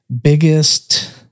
biggest